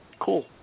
Cool